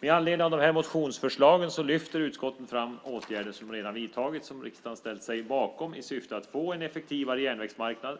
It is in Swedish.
Med anledning av dessa motionsförslag lyfter utskottet fram åtgärder som redan har vidtagits och som riksdagen har ställt sig bakom i syfte att få en effektivare järnvägsmarknad.